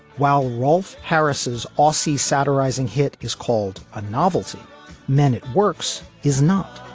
while rolf harris's orsi satirising hit is called a novelty men it works is not